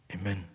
amen